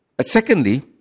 Secondly